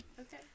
Okay